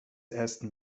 ersten